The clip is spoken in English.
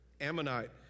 Ammonite